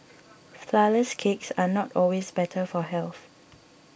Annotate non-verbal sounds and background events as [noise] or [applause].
[noise] Flourless Cakes are not always better for health